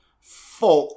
Fuck